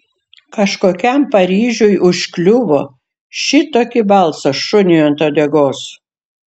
kažkokiam paryžiui užkliuvo šitokį balsą šuniui ant uodegos